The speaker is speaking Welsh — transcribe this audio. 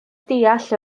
deall